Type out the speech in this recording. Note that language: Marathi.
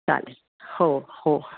चालेल हो हो